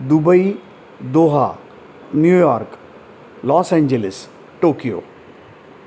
Dubai Doha New York Los Angeles Tokyo